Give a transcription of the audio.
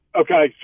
Okay